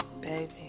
baby